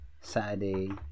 Saturday